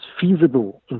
feasible